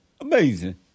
Amazing